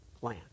plan